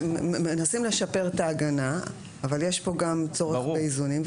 מנסים לשפר את ההגנה אבל יש כאן גם צורך באיזונים.